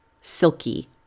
silky